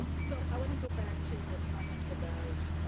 so i want to go back to your comment about